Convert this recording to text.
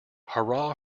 hurrah